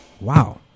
Wow